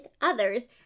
others